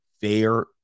fair